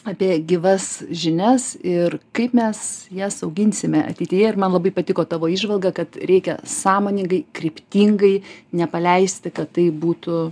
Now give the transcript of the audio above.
apie gyvas žinias ir kaip mes jas auginsime ateityje ir man labai patiko tavo įžvalga kad reikia sąmoningai kryptingai nepaleisti kad tai būtų